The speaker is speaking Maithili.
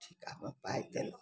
ठीकापर पाइ देलक